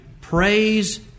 Praise